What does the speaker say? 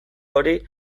hori